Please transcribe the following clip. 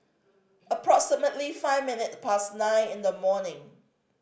approximately five minute past nine in the morning